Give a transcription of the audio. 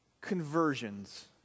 conversions